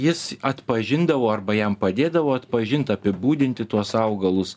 jis atpažindavo arba jam padėdavo atpažint apibūdinti tuos augalus